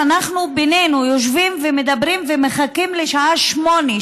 שאנחנו בינינו יושבים ומדברים ומחכים לשעה 20:00,